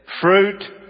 Fruit